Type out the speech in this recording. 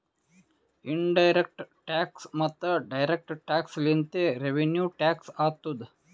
in direct tax ಮತ್ತ direct tax ಲಿಂತೆ revenue tax ಆತ್ತುದ್